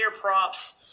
props